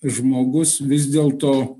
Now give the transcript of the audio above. žmogus vis dėlto